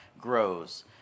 grows